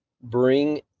bring